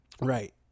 Right